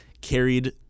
carried